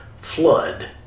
flood